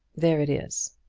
there it is.